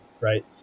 right